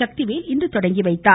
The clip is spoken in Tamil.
சக்திவேல் இன்று தொடங்கி வைத்தார்